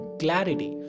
clarity